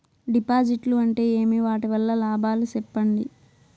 డిపాజిట్లు అంటే ఏమి? వాటి వల్ల లాభాలు సెప్పండి?